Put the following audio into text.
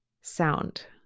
sound